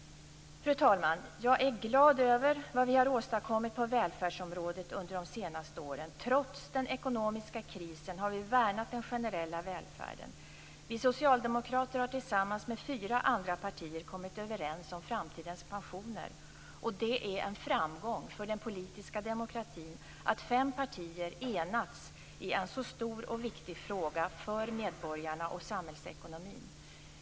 Fru talman! Jag är glad över vad vi har åstadkommit på välfärdsområdet under de senaste åren. Trots den ekonomiska krisen har vi värnat den generella välfärden. Vi socialdemokrater har tillsammans med fyra andra partier kommit överens om framtidens pensioner, och det är en framgång för den politiska demokratin att fem partier enats i en så stor och viktig fråga för medborgarna och samhällsekonomin.